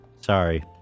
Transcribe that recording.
sorry